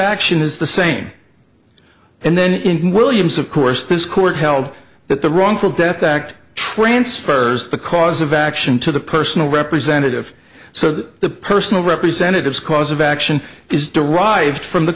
action is the same and then in williams of course this court held that the wrongful death act transfers the cause of action to the personal representative so that the personal representative cause of action is derived from the